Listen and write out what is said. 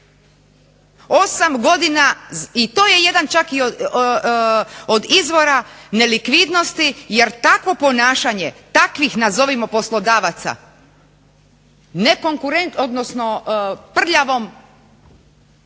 Osam godina i to je jedan čak od izvora nelikvidnosti jer takvo ponašanje takvih nazovimo poslodavaca prljavom